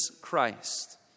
Christ